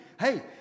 Hey